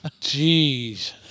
Jeez